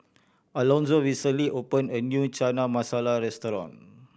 Alonzo recently opened a new Chana Masala Restaurant